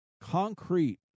concrete